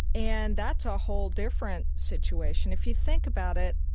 and that's a whole different situation. if you think about it,